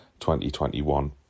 2021